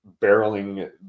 barreling